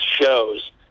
shows